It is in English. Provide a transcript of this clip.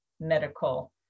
medical